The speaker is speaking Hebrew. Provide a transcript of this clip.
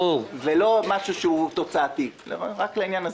זה לא עניין תוצאתי.